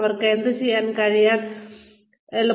അവർക്ക് ചെയ്യാൻ കഴിയാത്തത് എന്തെല്ലാമായിരുന്നു